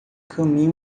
caminhe